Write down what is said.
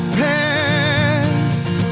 past